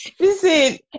Listen